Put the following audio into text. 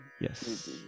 Yes